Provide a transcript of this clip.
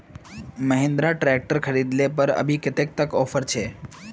Mahindra tractor खरीद ले पर अभी कतेक तक ऑफर छे?